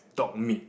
dog meat